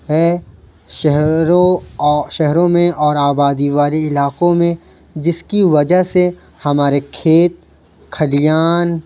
ہے شہروں او شہروں میں اور آبادی والے علاقوں میں جس کی وجہ سے ہمارے کھیت کھلیان